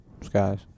Skies